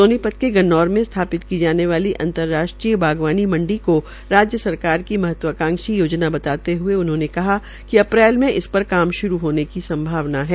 सोनीपत के गन्नौर में स्थापित की जाने वाली अंतर्राष्ट्रीय बागवानी मंडी को राज्य सरकार की महत्वकांशी योजना बताते हए कहा कि अप्रैल से इस पर काम श्रू होने की संभावना है